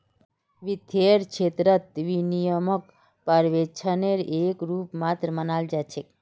वित्तेर क्षेत्रत विनियमनक पर्यवेक्षनेर एक रूप मात्र मानाल जा छेक